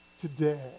today